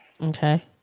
Okay